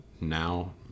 now